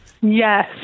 Yes